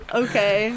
okay